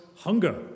Hunger